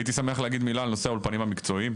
הייתי שמח להגיד מילה על נושא האולפנים המקצועיים,